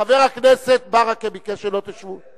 חבר הכנסת ברכה ביקש שלא תשבו.